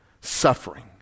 suffering